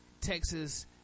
Texas